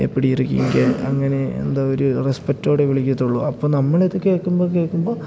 എപ്പടി ഇറുക്കീങ്കേ അങ്ങനെ എന്താണ് ഒരു റെസ്പെക്റ്റോടെയെ വിളിക്കുകയുള്ളൂ അപ്പോള് നമ്മളിത് കേള്ക്കുമ്പോള് കേള്ക്കുമ്പോള്